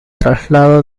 traslado